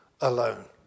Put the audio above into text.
alone